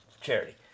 charity